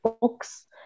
books